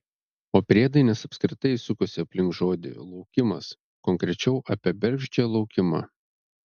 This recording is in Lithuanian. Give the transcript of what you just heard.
o priedainis apskritai sukosi aplink žodį laukimas konkrečiau apie bergždžią laukimą